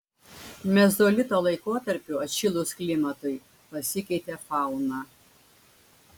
mezolito laikotarpiu atšilus klimatui pasikeitė fauna